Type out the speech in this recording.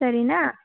ಸರಿ ನಾ